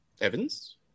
Evans